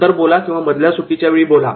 नंतर बोला किंवा मधल्यासुट्टी मध्ये बोला